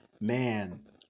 man